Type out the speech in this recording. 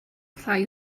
rhai